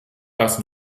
dass